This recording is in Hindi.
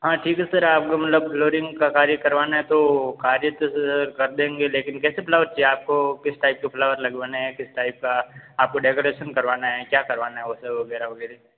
हाँ ठीक है सर आप को मतलब फ्लोरिंग का कार्य करवाना है तो कार्य तो स कर देंगे लेकिन कैसा फ्लावर्स चाइए आप को किस टाइप के फ्लाअर लगवाने हैं किस टाइप का आप को डेकरैशन करवाना है क्या करवाना है वैसे वग़ैरह वगैरी